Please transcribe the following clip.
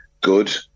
good